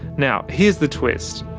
now here's the twist.